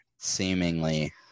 seemingly